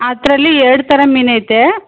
ಅದ್ರಲ್ಲಿ ಎರಡು ಥರ ಮೀನೈತೆ